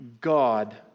God